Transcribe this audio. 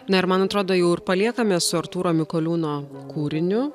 na ir man atrodo jau ir paliekame su artūro mikoliūno kūriniu